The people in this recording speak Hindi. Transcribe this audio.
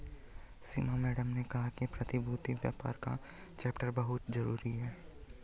सीमा मैडम ने कहा कि प्रतिभूति व्यापार का चैप्टर बहुत जरूरी है